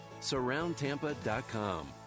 Surroundtampa.com